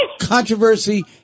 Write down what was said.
controversy